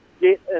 get